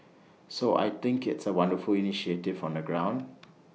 so I think it's A wonderful initiative on the ground